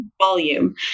volume